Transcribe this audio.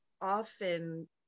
often